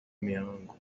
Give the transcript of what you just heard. mihango